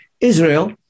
Israel